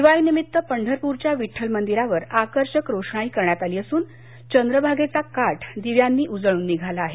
दिवाळी निमित्त पंढरपूरच्या विठ्ठल मंदिरावर आकर्षक रोषणाई करण्यात आली असून चंद्रभागेचा काठ दिव्यांनी उजळून निघाला आहे